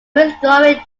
withdrawing